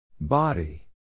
Body